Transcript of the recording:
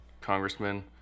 congressman